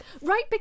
Right